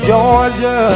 Georgia